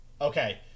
Okay